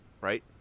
right